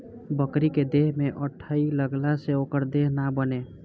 बकरी के देह में अठइ लगला से ओकर देह ना बने